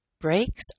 breaks